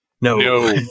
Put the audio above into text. No